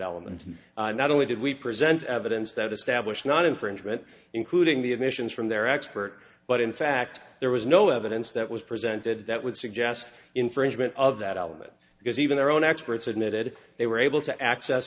element not only did we present evidence that establish not infringement including the admissions from their expert but in fact there was no evidence that was presented that would suggest infringement of that element because even their own experts admitted they were able to access